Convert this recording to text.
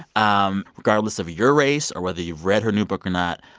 um regardless of your race or whether you've read her new book or not,